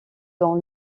dans